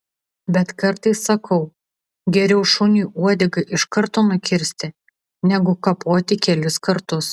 bet kartais sakau geriau šuniui uodegą iš karto nukirsti negu kapoti kelis kartus